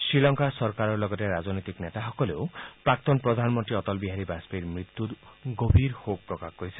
শ্ৰীলংকাৰ চৰকাৰৰ লগতে ৰাজনৈতিক নেতাসকলে প্ৰাক্তন প্ৰধানমন্ত্ৰী অটল বিহাৰী বাজপেয়ীৰ মৃত্যুত গভীৰ শোক প্ৰকাশ কৰিছে